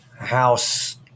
house